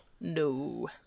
No